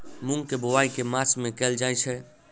मूँग केँ बोवाई केँ मास मे कैल जाएँ छैय?